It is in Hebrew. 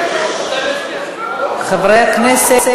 חברי הכנסת,